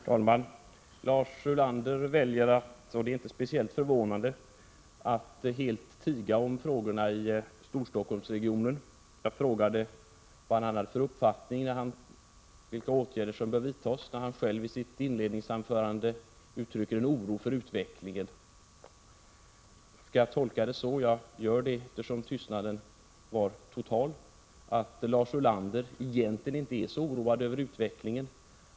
Herr talman! Lars Ulander väljer — och det är inte speciellt förvånande — att helt tiga om frågorna i Storstockholmsregionen. Jag frågade vilka åtgärder som enligt hans mening bör vidtas, med tanke på att han själv i sitt inledningsanförande uttryckt en oro för utvecklingen. Jag tillåter mig att tolka hans totala tystnad så, att Lars Ulander inte är så oroad över utvecklingen.